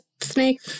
snake